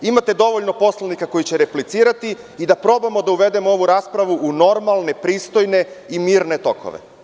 Imate dovoljno poslanika koji će replicirati i da probamo da uvedemo ovu raspravu u normalne, pristojne i mirne tokove.